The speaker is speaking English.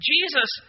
Jesus